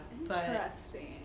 Interesting